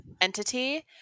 entity